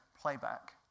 playback